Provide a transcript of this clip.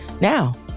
Now